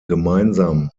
gemeinsam